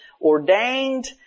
ordained